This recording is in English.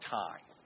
time